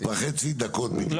מה התועלת של זה חוץ ממכבסת מילים לא